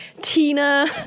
Tina